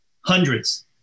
hundreds